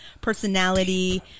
personality